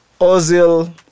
Ozil